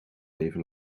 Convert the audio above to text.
even